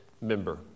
member